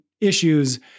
issues